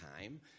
time